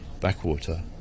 backwater